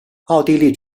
奥地利